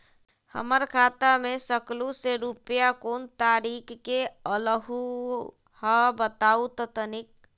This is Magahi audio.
हमर खाता में सकलू से रूपया कोन तारीक के अलऊह बताहु त तनिक?